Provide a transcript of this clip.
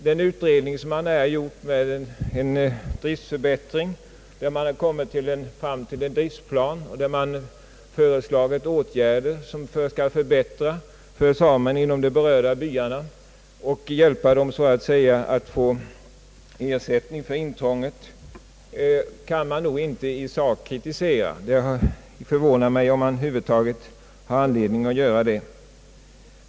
Den utredning som man här gjort om en driftförbättring, där man kommit fram till en driftplan och där man föreslagit åtgärder som skall förbättra läget för samerna inom de berörda byarna och hjälpa dem att få ersättning för intrånget, kan man nog inte i sak kritisera. Det förvånar mig om man över huvud taget har anledning att göra det.